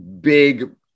big